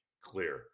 clear